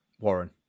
Warren